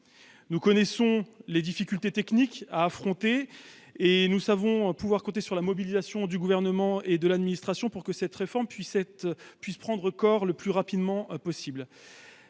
Nous connaissons les difficultés techniques à surmonter et nous savons pouvoir compter sur la mobilisation du Gouvernement et de l'administration pour que cette réforme prenne corps le plus rapidement possible.